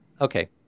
okay